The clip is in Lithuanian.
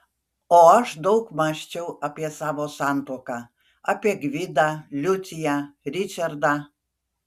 o aš daug mąsčiau apie savo santuoką apie gvidą liuciją ričardą